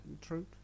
true